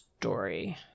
Story